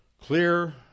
clear